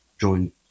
join